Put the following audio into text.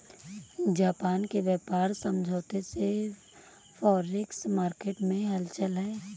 Japan के व्यापार समझौते से फॉरेक्स मार्केट में हलचल है